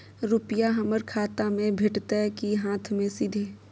रुपिया हमर खाता में भेटतै कि हाँथ मे सीधे?